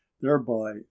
thereby